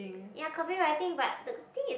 ya copywriting but the thing is